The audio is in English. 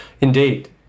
Indeed